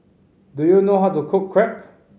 do you know how to cook Crepe